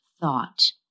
thought